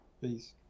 Peace